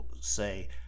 say